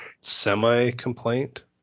semi-complaint